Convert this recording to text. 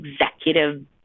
executive